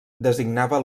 designava